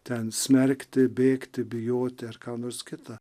ten smerkti bėgti bijoti ar ką nors kita